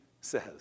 says